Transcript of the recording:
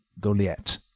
Goliath